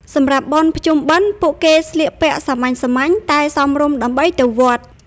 សម្រាប់បុណ្យភ្ជុំបិណ្ឌ ពួកគេស្លៀកពាក់សាមញ្ញៗតែសមរម្យដើម្បីទៅវត្ត។